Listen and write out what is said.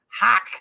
hack